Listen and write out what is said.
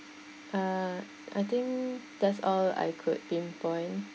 uh I think that's all I could pinpoint